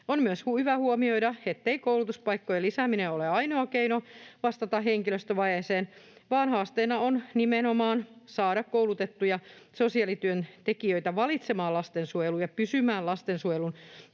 On myös hyvä huomioida, ettei koulutuspaikkojen lisääminen ole ainoa keino vastata henkilöstövajeeseen, vaan haasteena on nimenomaan saada koulutettuja sosiaalityöntekijöitä valitsemaan lastensuojelu ja pysymään lastensuojelun